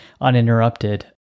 uninterrupted